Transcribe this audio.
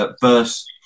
verse